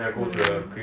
mm